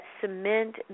cement